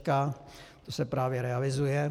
To se právě realizuje.